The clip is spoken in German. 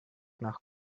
nach